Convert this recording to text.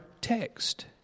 text